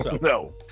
No